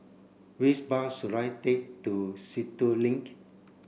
which bus should I take to Sentul Link